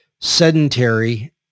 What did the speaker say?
sedentary